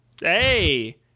hey